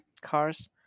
cars